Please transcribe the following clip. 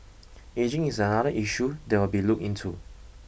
ageing is another issue that will be looked into